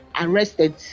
arrested